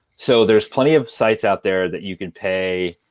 so there's plenty of sites out there that you can pay,